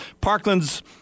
Parkland's